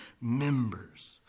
members